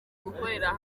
gukorera